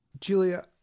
Julia